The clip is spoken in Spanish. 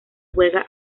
juega